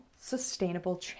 sustainable